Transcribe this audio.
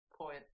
point